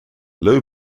low